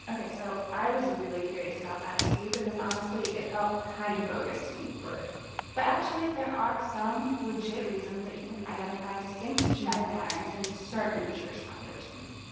ok, so i was really curious about that too because, honestly, it felt kind of bogus to me right but actually, there are some legit reasons that you can identify distinct genetic patterns in certain jewish populations.